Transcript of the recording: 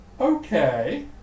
Okay